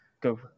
go